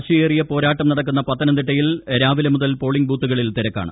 വാശിയേറിയ പോരാട്ടം നടക്കുന്ന പത്തനംതിട്ടയിൽ രാവിലെ മുതൽ പോളിംഗ് ബൂത്തുകളിൽ തിരക്കാണ്